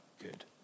good